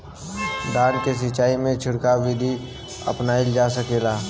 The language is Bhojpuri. धान के सिचाई में छिड़काव बिधि भी अपनाइल जा सकेला?